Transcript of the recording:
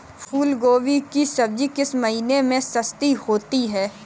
फूल गोभी की सब्जी किस महीने में सस्ती होती है?